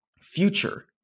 future